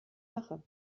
mache